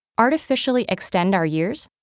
artificially extend our years?